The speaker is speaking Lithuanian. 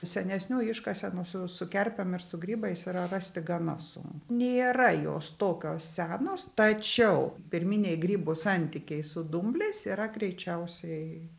senesnių iškasenų su su kerpėm ir su grybais yra rasti gana sun nėra jos tokios senos tačiau pirminiai grybo santykiai su dumbliais yra greičiausiai